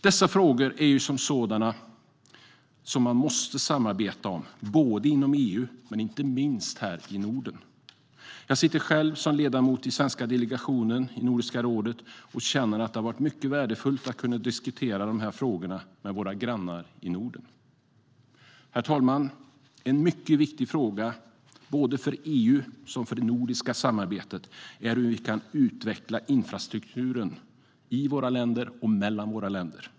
Dessa frågor är ju sådana som man måste samarbeta om både inom EU och inte minst här i Norden. Jag sitter själv som ledamot i den svenska delegationen i Nordiska rådet och känner att det varit mycket värdefullt att kunna diskutera dessa frågor med våra grannar i Norden. Herr talman! En mycket viktig fråga både för EU och för det nordiska samarbetet är hur vi kan utveckla infrastrukturen i och mellan våra länder.